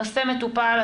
הנושא מטופל,